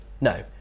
No